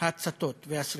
ההצתות והשרפות.